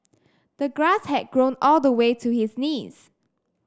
the grass had grown all the way to his knees